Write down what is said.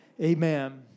Amen